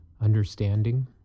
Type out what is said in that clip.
understanding